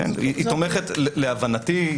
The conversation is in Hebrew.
להבנתי,